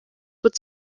would